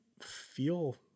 feel